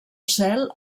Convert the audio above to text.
cel